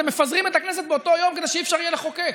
מפזרים את הכנסת באותו יום כדי שאי-אפשר יהיה לחוקק.